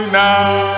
now